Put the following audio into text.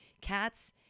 cats